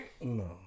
No